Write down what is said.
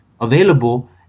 available